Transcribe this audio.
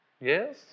Yes